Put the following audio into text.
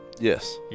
Yes